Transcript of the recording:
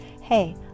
hey